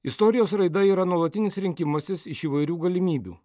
istorijos raida yra nuolatinis rinkimasis iš įvairių galimybių